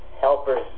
helpers